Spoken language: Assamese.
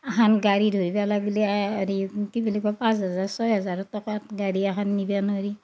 এখান গাড়ী ধৰবা লাগিলি হেৰি কি বুলি কয় পাঁচ হাজাৰ ছয় হাজাৰৰ টকাত গাড়ী এখন নিব নৰি